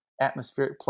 atmospheric